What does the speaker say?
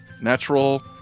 Natural